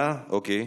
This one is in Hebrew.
אה, אוקיי.